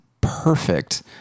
perfect